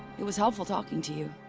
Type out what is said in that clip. it was helpful talking to you.